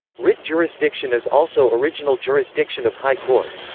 writ jurisdiction is also original jurisdiction of high court.